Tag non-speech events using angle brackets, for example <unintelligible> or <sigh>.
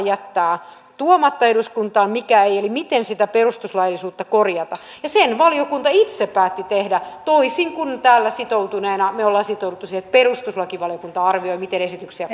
<unintelligible> jättää tuomatta eduskuntaan ja mikä ei eli miten sitä perustuslaillisuutta korjata ja sen valiokunta itse päätti tehdä toisin kuin täällä me olemme sitoutuneet siihen että perustuslakivaliokunta arvioi miten esityksiä <unintelligible>